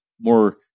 more